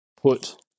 put